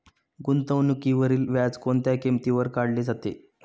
गुंतवणुकीवरील व्याज कोणत्या किमतीवर काढले जाते?